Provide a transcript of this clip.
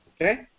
Okay